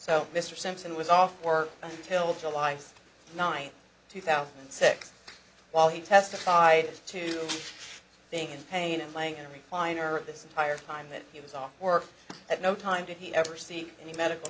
so mr simpson was off work until july ninth two thousand and six while he testified as to being in pain and lying in a recliner at this entire time that he was off work at no time did he ever see any medical